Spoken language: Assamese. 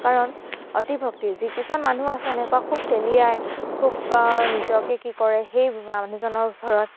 কাৰণ অতি ভক্তি যি কিছুমান মানুহ আছে এনেকুৱা খুব তেলিয়াই খুব নিজকে কি কৰে সেই মানুহজনৰ ওচৰত